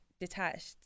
detached